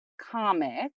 comic